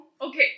Okay